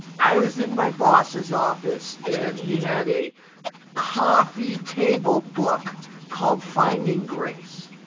i was in my boss's office and he had a coffee table book called finding grace.